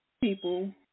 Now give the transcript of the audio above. people